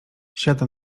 siada